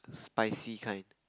spicy kind